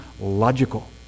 logical